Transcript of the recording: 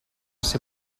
ser